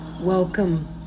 Welcome